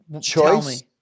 choice